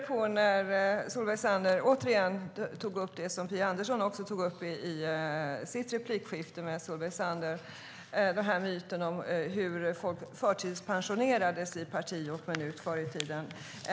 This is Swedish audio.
Herr talman! Solveig Zander tog i sitt replikskifte med Phia Andersson upp myten om hur folk förtidspensionerades i parti och minut förr i tiden.